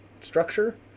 structure